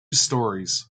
storeys